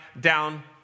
down